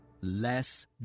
Less